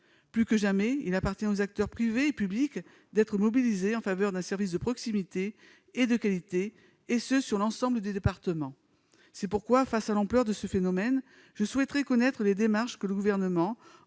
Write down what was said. Plus que jamais, il appartient aux acteurs privés et publics de se mobiliser en faveur d'un service de proximité et de qualité, et ce sur l'ensemble du département. C'est pourquoi, devant l'ampleur de ce phénomène, je souhaiterais connaître les démarches que le Gouvernement